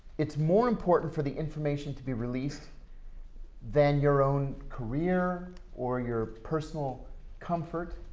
it's more important for the information to be released than your own career or your personal comfort.